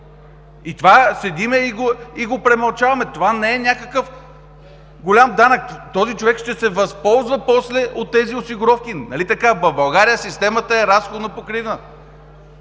Това седим и го премълчаваме! Това не е някакъв голям данък. Този човек ще се възползва после от тези осигуровки, нали така? В България системата е разходно-покривна!